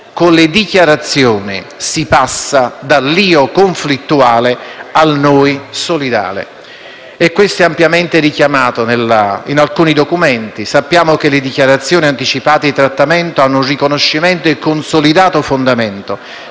Con le dichiarazioni si passa dall'io conflittuale al noi solidale. Questo è ampiamente richiamato in alcuni documenti: sappiamo che le dichiarazioni anticipate di trattamento hanno un riconoscimento e un consolidato fondamento